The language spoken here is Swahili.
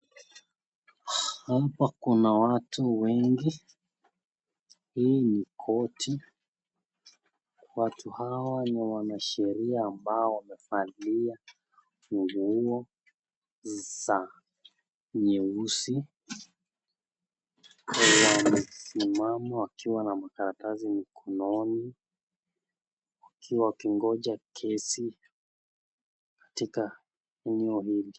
Hapa kuna watu wengi, hii ni koti watu hawa ni wanasheria ambao wamevalia nguo za nyeusi na wamesimama wakiwa na makaratasi mkononi wakingoja kesi katika eneo hili.